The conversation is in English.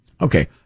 Okay